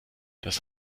das